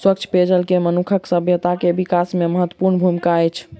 स्वच्छ पेयजल के मनुखक सभ्यता के विकास में महत्वपूर्ण भूमिका अछि